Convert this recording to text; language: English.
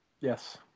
Yes